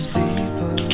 deeper